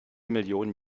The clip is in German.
millionen